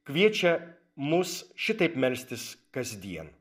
kviečia mus šitaip melstis kasdien